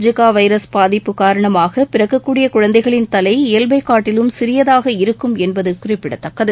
Zika virus பாதிப்பு காரணமாக பிறக்க கூடிய குழந்தைகளின் தலை இயல்பை காட்டிலும் சிறியதாக இருக்கும் என்பது குறிப்பிடத்தக்கது